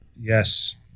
Yes